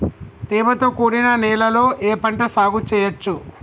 తేమతో కూడిన నేలలో ఏ పంట సాగు చేయచ్చు?